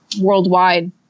worldwide